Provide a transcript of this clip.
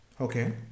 Okay